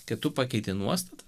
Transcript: kad tu pakeiti nuostatą